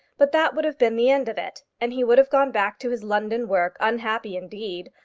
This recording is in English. but that would have been the end of it, and he would have gone back to his london work unhappy indeed,